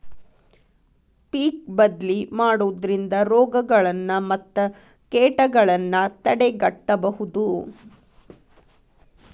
ಪಿಕ್ ಬದ್ಲಿ ಮಾಡುದ್ರಿಂದ ರೋಗಗಳನ್ನಾ ಮತ್ತ ಕೇಟಗಳನ್ನಾ ತಡೆಗಟ್ಟಬಹುದು